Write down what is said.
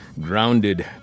grounded